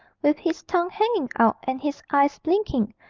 with his tongue hanging out and his eyes blinking,